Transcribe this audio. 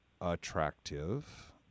attractive